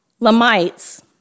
Lamites